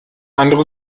andere